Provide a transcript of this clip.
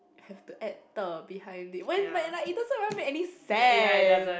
have to add ter behind it but but like it doesn't even make any sense